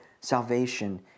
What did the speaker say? salvation